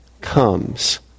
comes